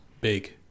big